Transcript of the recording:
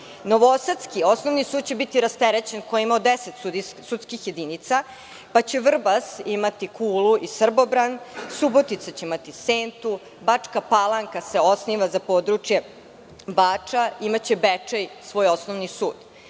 Novosadski Osnovni sud će biti rasterećen, koji je imao 10 sudskih jedinica, pa će Vrbas imati Kulu i Srbobran. Subotica će imati Sentu. Bačka Palanka se osniva za područje Bača. Imaće Bečej svoj osnovni sud.